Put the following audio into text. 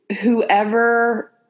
whoever